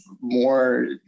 more